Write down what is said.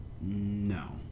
No